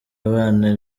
abana